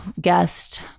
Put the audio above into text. guest